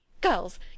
Girls